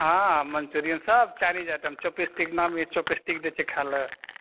हँ मञ्चुरियन सब Chinese item chopstick नामे छै चॉपस्टिक दै छै खाय लए